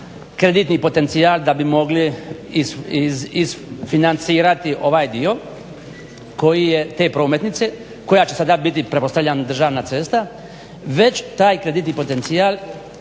kreditni potencijal da bi mogli isfinancirati ovaj dio te prometnice koja će sada biti pretpostavljam državna cesta već taj kreditni potencijal